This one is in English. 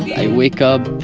i wake up,